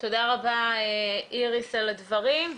איריס, תודה על הדברים.